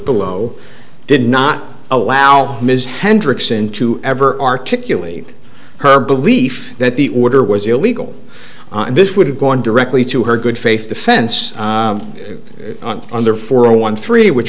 below did not allow ms hendricks into ever articulate her belief that the order was illegal and this would have gone directly to her good faith defense on there for a one three which